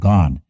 God